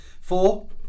four